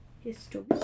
History